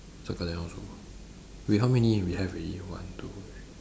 circle that one also wait how many we have ready one two three